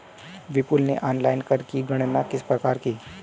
विपुल ने ऑनलाइन कर की गणना किस प्रकार की?